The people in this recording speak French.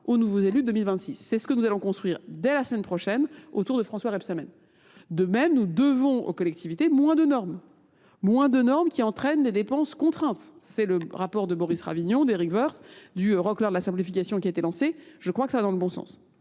aux nouveaux élus de 2026. C'est ce que nous allons construire dès la semaine prochaine autour de François Rebsamen. De même, nous devons aux collectivités moins de normes. moins de normes qui entraînent des dépenses contraintes. C'est le rapport de Boris Ravignon, d'Erik Wirth, du Rockler de la simplification qui a été lancé. Je crois que ça va dans le bon sens.